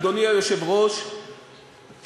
אדוני היושב-ראש,